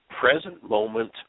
present-moment